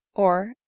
or,